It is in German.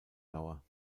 dauer